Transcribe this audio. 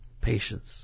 Patience